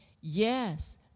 yes